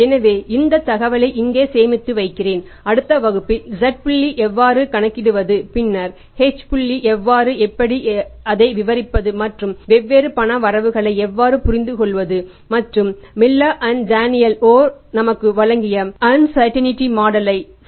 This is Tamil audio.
எனவே இந்த தகவலை இங்கே சேமித்து வைத்திருக்கிறேன் அடுத்த வகுப்பில் z புள்ளியை எவ்வாறு கணக்கிடுவது பின்னர் h புள்ளி மற்றும் எப்படி அதை விபரிப்பது மற்றும் வெவ்வேறு பண வரம்புகளை எவ்வாறு புரிந்துகொள்வது மற்றும் மில்லர் மற்றும் டேனியல் ஓர் ஐ செயல்படுத்துவது